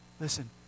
listen